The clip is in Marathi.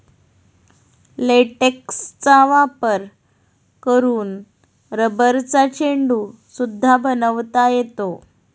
लेटेक्सचा वापर करून रबरचा चेंडू सुद्धा बनवता येतो